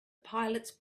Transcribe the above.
pilots